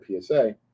psa